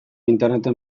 interneten